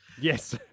Yes